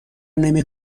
نمی